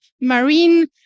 marine